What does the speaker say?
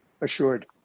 assured